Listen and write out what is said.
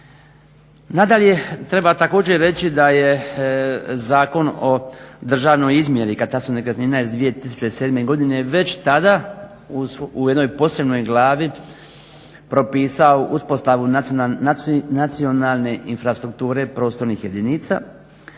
Nadalje, treba također reći da je Zakon o državnoj izmjeri i katastru nekretnina iz 2007. godine već tada u jednoj posebnoj glavi propisao uspostavu nacionalne infrastrukture prostornih jedinica